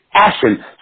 action